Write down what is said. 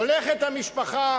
הולכת המשפחה